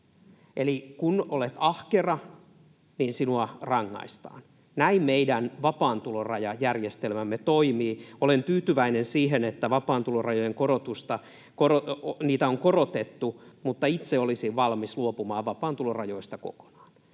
Eli kun olet ahkera, sinua rangaistaan — näin meidän vapaan tulon raja ‑järjestelmämme toimii. Olen tyytyväinen siihen, että vapaan tulon rajoja on korotettu, mutta itse olisin valmis luopumaan vapaan tulon rajoista kokonaan.